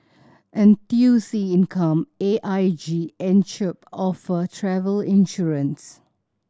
N T U C Income A I G and Chubb offer travel insurance